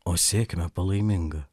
o sėkme palaiminga